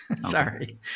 Sorry